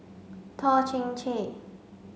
Toh Chin Chye